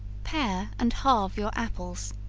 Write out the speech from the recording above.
pare and halve your apples,